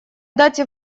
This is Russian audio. дате